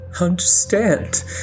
understand